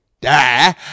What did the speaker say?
die